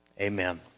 Amen